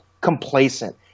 complacent